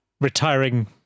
retiring